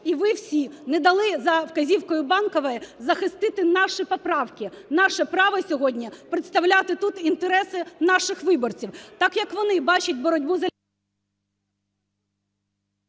і ви всі не дали, за вказівкою Банкової, захистити наші поправки, наше право сьогодні представляти тут інтереси наших виборців так, як вони бачать боротьбу... ГОЛОВУЮЧИЙ.